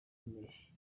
cy’impeshyi